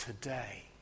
today